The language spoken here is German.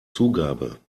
zugabe